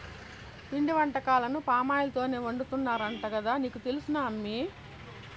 పిండి వంటకాలను పామాయిల్ తోనే వండుతున్నారంట కదా నీకు తెలుసునా అమ్మీ